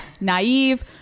naive